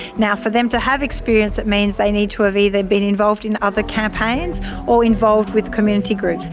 now for them to have experience it means they need to have either been involved in other campaigns or involved with community groups.